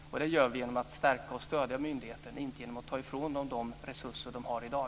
Det gör vi genom att stärka och stödja myndigheten, inte genom att ta ifrån den de resurser man har i dag.